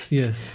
yes